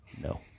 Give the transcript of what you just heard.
no